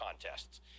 contests